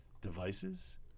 devices